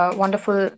wonderful